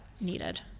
needed